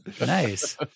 nice